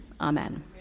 Amen